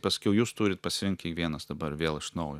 pasakiau jūs turit pasirinkt kiekvienas dabar vėl iš naujo